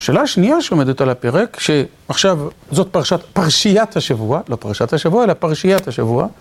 השאלה השנייה שעומדת על הפרק, שעכשיו זאת פרשת- פרשיית השבוע, לא פרשת השבוע, אלא פרשיית השבוע